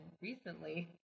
recently